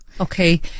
Okay